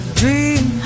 dream